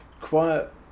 quiet